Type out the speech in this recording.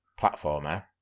platformer